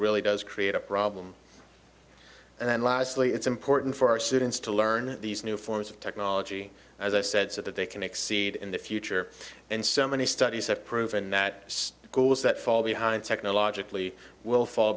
really does create a problem and then lastly it's important for our students to learn these new forms of technology as i said so that they can exceed in the future and so many studies have proven that girls that fall behind technologically will fall